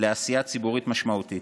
לעשייה ציבורית משמעותית.